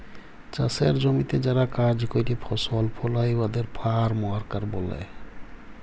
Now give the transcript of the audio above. চাষের জমিতে যারা কাজ ক্যরে ফসল ফলায় উয়াদের ফার্ম ওয়ার্কার ব্যলে